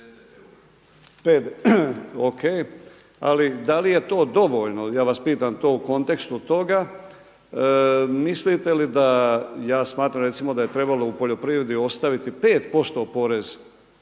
… O.k. ali da je to dovoljno ja vas pitam to u kontekstu toga. Mislite li da ja smatram recimo da je trebalo u poljoprivredi ostaviti 5% PDV.